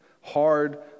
hard